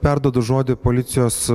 perduodu žodį policijos